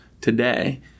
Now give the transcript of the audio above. today